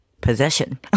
possession